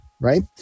right